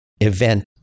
event